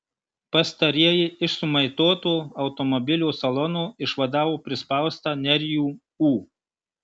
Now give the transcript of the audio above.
pastarieji iš sumaitoto automobilio salono išvadavo prispaustą nerijų ū